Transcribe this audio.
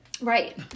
Right